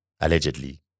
allegedly